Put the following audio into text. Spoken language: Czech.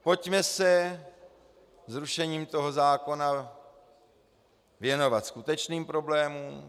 Pojďme se zrušením toho zákona věnovat skutečným problémům.